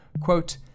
quote